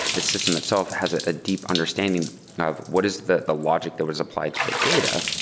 the system itself has a deep understanding of what is the the logic that was applied to that data.